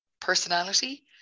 personality